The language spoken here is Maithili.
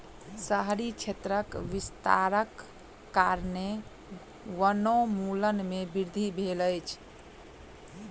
शहरी क्षेत्रक विस्तारक कारणेँ वनोन्मूलन में वृद्धि भेल अछि